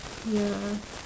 ya